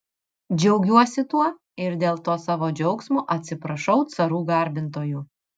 džiaugiuosi tuo ir dėl to savo džiaugsmo atsiprašau carų garbintojų